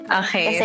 okay